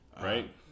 right